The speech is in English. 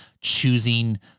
choosing